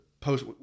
post